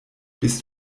bist